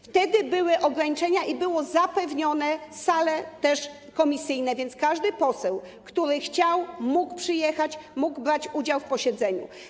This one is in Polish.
Wtedy były ograniczenia i były też zapewnione sale komisyjne, tak że każdy poseł, który chciał, mógł przyjechać, mógł brać udział w posiedzeniu.